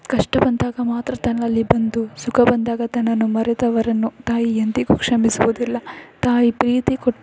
ಕಷ್ಟ ಬಂದಾಗ ಮಾತ್ರ ತನ್ನಲ್ಲಿ ಬಂದು ಸುಖ ಬಂದಾಗ ತನ್ನನ್ನು ಮರೆತವರನ್ನು ತಾಯಿ ಎಂದಿಗೂ ಕ್ಷಮಿಸುವುದಿಲ್ಲ ತಾಯಿ ಪ್ರೀತಿ ಕೊ